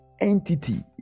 entity